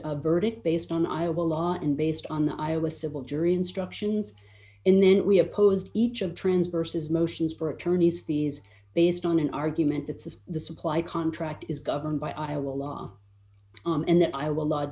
a verdict based on iowa law and based on the iowa civil jury instructions and then we opposed each of transverse as motions for attorney's fees based on an argument that says the supply contract is governed by iowa law and that i will